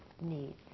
need